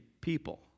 people